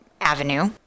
avenue